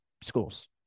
schools